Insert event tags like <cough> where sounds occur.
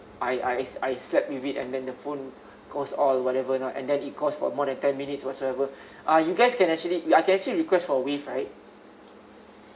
I I I slept with it and then the phone goes all whatever not and then it cost for more than ten minutes whatsoever <breath> uh you guys can actually we're can actually request for waive right